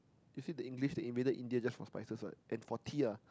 you see the English they invaded India just for spices [what] and for tea ah